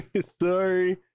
Sorry